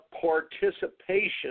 participation